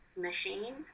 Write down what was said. machine